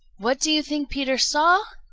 what do you think peter saw?